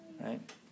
Right